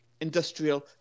industrial